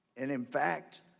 and in fact,